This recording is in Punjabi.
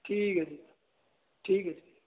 ਠੀਕ ਹੈਜੀ ਠੀਕ ਹੈ ਜੀ